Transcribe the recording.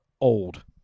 old